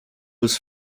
was